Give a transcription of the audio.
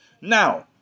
now